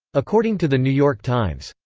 according to the new york times,